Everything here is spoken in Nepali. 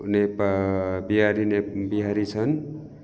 नेपा बिहारी नेप बिहारी छन्